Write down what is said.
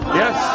yes